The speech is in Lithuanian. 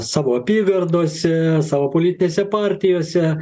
savo apygardose savo politinėse partijose